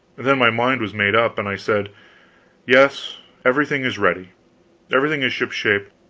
then my mind was made up, and i said yes, everything is ready everything is shipshape,